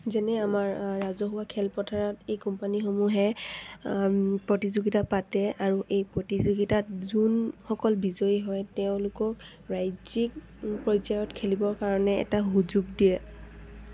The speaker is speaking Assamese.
যেনে আমাৰ ৰাজহুৱা খেলপথাৰত এই কোম্পানীসমূহে প্ৰতিযোগিতা পাতে আৰু এই প্ৰতিযোগিতাত যোনসকল বিজয়ী হয় তেওঁলোকক ৰাজ্যিক পৰ্যায়ত খেলিবৰ কাৰণে এটা সুযোগ দিয়ে